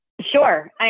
Sure